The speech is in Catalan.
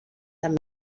també